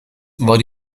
war